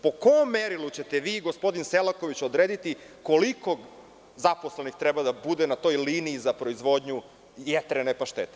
Po kom merilu ćete vi i gospodin Selaković odrediti koliko zaposlenih treba da bude na toj liniji za proizvodnju jetrene paštete?